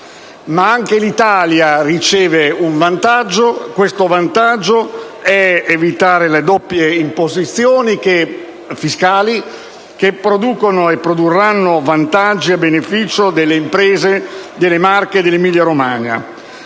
Ma anche l'Italia riceve un vantaggio: questo vantaggio è evitare le doppie imposizioni fiscali, con conseguente beneficio delle imprese delle Marche e dell'Emilia-Romagna.